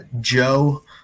Joe